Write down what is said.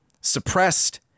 suppressed